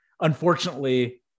unfortunately